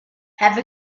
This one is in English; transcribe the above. have